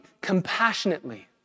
compassionately